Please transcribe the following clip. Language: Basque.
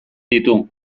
ditu